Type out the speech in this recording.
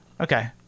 Okay